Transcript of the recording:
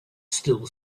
still